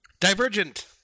Divergent